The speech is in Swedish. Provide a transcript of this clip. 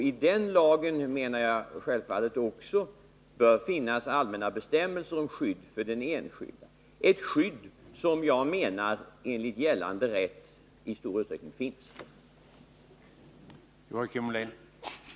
I den lagen bör, menar jag, självfallet också finnas allmänna bestämmelser om skydd för den enskilde, ett skydd som jag Privat tandvård, anser i stor utsträckning finns också i gällande rätt.